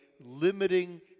limiting